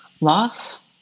Loss